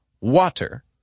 Water